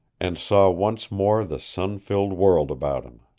and saw once more the sun-filled world about him.